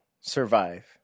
survive